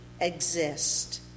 exist